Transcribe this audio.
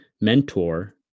mentor